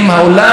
בעיניי,